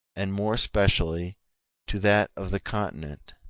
and more especially to that of the continent,